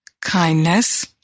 kindness